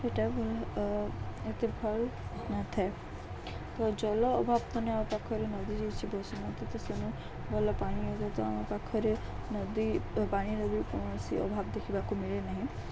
ସେଇଟା ଭଲ ଏତେ ଭଲ୍ ନଥାଏ ତ ଜଲ ଅଭାବ ମାନେ ଆମ ପାଖରେ ନଦୀ ଯାଉଛି ବସୁମତୀ ତେଣୁ ଭଲ ପାଣି ହେଇଥାଏ ତ ଆମ ପାଖରେ ନଦୀ ପାଣିରେ ବି କୌଣସି ଅଭାବ ଦେଖିବାକୁ ମିଳେ ନାହିଁ